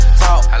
talk